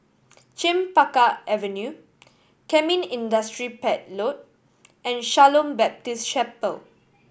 Chempaka Avenue Kemin Industries Pte Ltd and Shalom Baptist Chapel